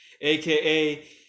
aka